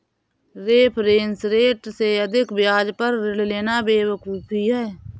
reference rate से अधिक ब्याज पर ऋण लेना बेवकूफी है